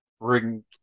bring